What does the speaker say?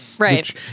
Right